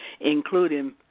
including